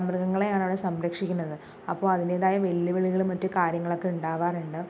മൃഗങ്ങളെയാണ് അവിടെ സംരക്ഷിക്കുന്നത് അപ്പോൾ അതിൻ്റെതായ വെല്ലുവിളികളും മറ്റു കാര്യങ്ങളൊക്കെ ഉണ്ടാവാറുണ്ട്